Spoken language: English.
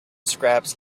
scraps